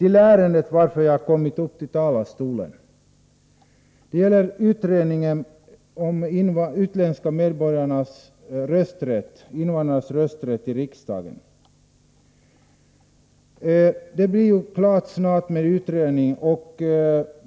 Anledningen till att jag har begärt ordet är utredningen om invandrarnas rösträtt i riksdagen. Utredningen skall snart